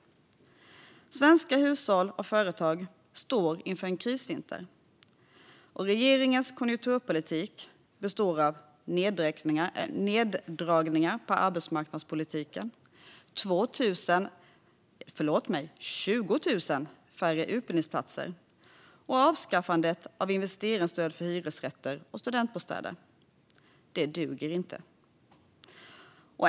Svenska hushåll och företag står inför en krisvinter, och regeringens konjunkturpolitik består av neddragningar på arbetsmarknadspolitiken, 20 000 färre utbildningsplatser och avskaffat investeringsstöd för hyresrätter och studentbostäder. Det duger inte.